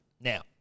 now